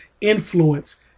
influence